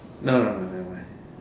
no no no nevermind